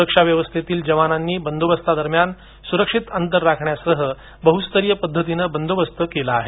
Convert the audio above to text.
सुरक्षा व्यवस्थेतील जवानांनी बंदोबस्तादरम्यान सुरक्षित भौतिक अंतर राखण्यासह बहुस्तरीय पद्धतीने बंदोबस्त ठेवला जाणार आहे